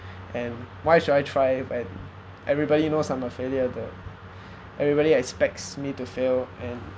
and why should I try and everybody knows I'm a failure the everybody expects me to fail and